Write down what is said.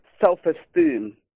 self-esteem